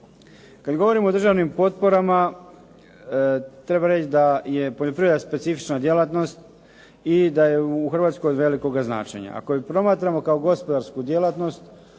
Kada govorimo o državnim potporama treba reći da je poljoprivreda specifična djelatnost i da je u Hrvatskoj od velikog značenja. Ako ju promatramo kao gospodarsku djelatnost